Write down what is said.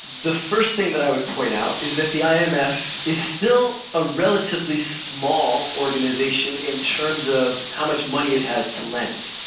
the first thing that i would point out is that the imf is still a relatively small organisation in terms of how much money it has to lend.